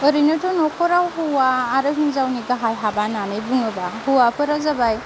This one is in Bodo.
ओरैनोथ' न'खराव हौवा आरो हिनजावनि गाहाय हाबा होननानै बुङोब्ला हौवाफोरा जाबाय